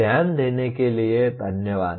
ध्यान देने के लिये धन्यवाद